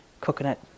Coconut